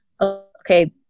okay